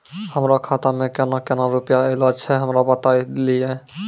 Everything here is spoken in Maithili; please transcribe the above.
हमरो खाता मे केना केना रुपैया ऐलो छै? हमरा बताय लियै?